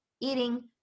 eating